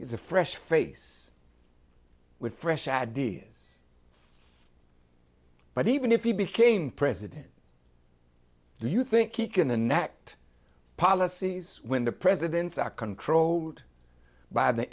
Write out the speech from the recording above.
is a fresh face with fresh ideas but even if he became president do you think he can enact policies when the presidents are controlled by the